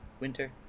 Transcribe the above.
winter